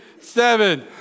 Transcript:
seven